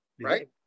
right